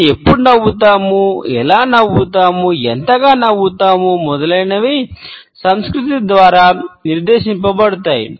మనం ఎప్పుడు నవ్వుతాము ఎలా నవ్వుతాము ఎంతగా నవ్వుతాము మొదలైనవి సంస్కృతి ద్వారా నిర్దేశింపబడుతాయి